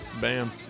Bam